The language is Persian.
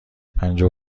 پجاه